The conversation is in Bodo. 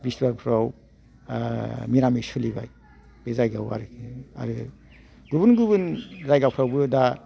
बिसथिबारफ्राव मिरामिस सोलिबाय बे जायगाआव हाय आरो गुबुन गुबुन जायगाफ्रावबो दा